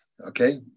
Okay